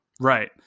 Right